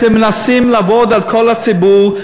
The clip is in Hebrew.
אתם מנסים לעבוד על כל הציבור,